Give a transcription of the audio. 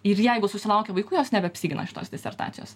ir jeigu susilaukia vaikų jos nebeapsigina šitos disertacijos